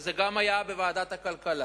וזה גם היה בוועדת הכלכלה,